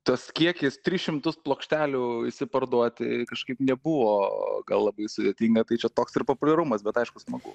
tas kiekis tris šimtus plokštelių išsiparduoti kažkaip nebuvo gal labai sudėtinga tai čia toks ir populiarumas bet aišku smagu